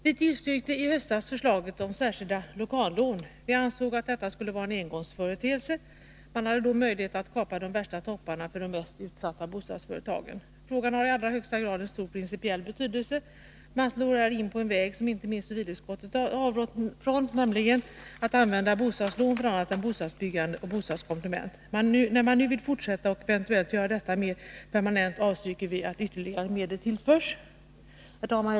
Herr talman! Vi tillstyrkte i höstas förslaget om särskilda lokallån, och vi ansåg att detta skulle vara en engångsföreteelse. Man kunde då kapa de värsta topparna för de mest utsatta bostadsföretagen. Frågan har i allra högsta grad stor principiell betydelse. Man spårar in på en väg som inte minst civilutskottet har avrått ifrån, nämligen användningen av bostadslån för annat än bostadsbyggande och bostadskomplement. När man nu vill fortsätta och eventuellt göra det hela mer permanent, vill vi avstyrka att ytterligare medel tillförs. Herr talman!